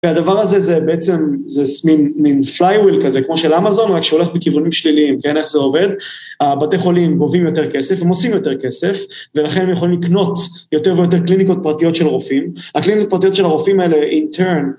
והדבר הזה זה בעצם, זה מין פליי וויל כזה, כמו של אמזון, רק שהולך בכיוונים שליליים, כן, איך זה עובד. הבתי חולים גובים יותר כסף, הם עושים יותר כסף, ולכן הם יכולים לקנות יותר ויותר קליניקות פרטיות של רופאים. הקליניקות הפרטיות של הרופאים האלה, in turn,